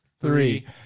three